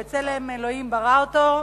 בצלם אלוהים ברא אותו,